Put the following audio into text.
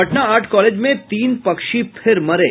Patna art college में तीन पक्षी फिर मरे